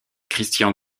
christian